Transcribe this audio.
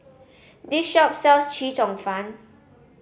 this shop sells Chee Cheong Fun